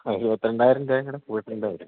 ആ ഇരുപത്തിരണ്ടായിരം രൂപയുംകൂടി കൂട്ടേണ്ടി വരും